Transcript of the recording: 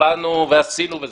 הצבענו ועשינו,